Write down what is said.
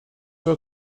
are